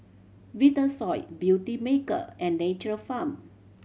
Vitasoy Beautymaker and Nature Farm